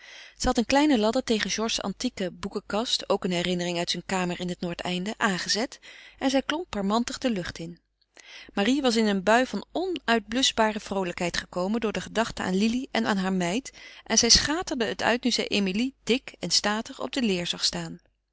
had een kleine ladder tegen george's antieke boekenkast ook een herinnering uit zijn kamer in het noordeinde aangezet en zij klom parmantig de lucht in marie was in een bui van onuitbluschbare vroolijkheid gekomen door de gedachte aan lili en aan haar meid en zij schaterde het uit nu zij emilie dik en statig op de leer zag staan